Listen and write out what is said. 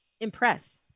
impress